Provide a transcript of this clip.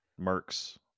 Mercs